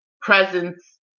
presence